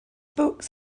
books